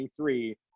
23